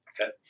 okay